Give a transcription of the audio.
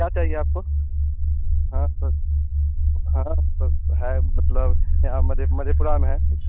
क्या चाहिए आपको हाँ सर हाँ सर है मतलब यहाँ